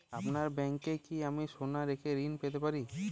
আপনার ব্যাংকে কি আমি সোনা রেখে ঋণ পেতে পারি?